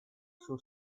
suo